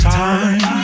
time